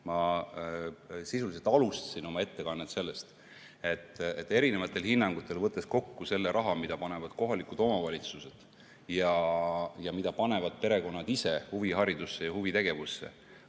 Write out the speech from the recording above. Ma sisuliselt alustasin oma ettekannet sellest, et eri hinnangutel, võttes kokku selle raha, mida panevad kohalikud omavalitsused ja mida panevad perekonnad ise huviharidusse ja huvitegevusse,